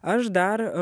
aš dar